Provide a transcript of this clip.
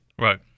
Right